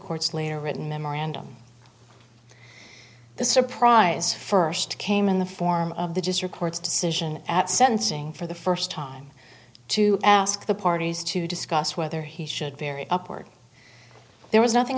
court's later written memorandum the surprise first came in the form of the just your court's decision at sentencing for the first time to ask the parties to discuss whether he should very upward there was nothing